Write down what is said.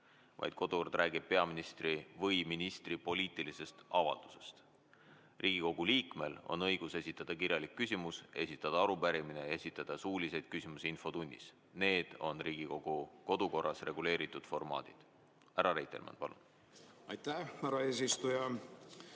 midagi. Kodukord räägib peaministri või ministri poliitilisest avaldusest. Riigikogu liikmel on õigus esitada kirjalik küsimus või arupärimine, samuti õigus esitada suulisi küsimusi infotunnis. Need on Riigikogu kodukorras reguleeritud formaadid. Härra Reitelmann, palun! Aitäh, härra eesistuja!